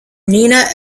nina